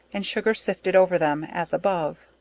and sugar sifted over them, as above.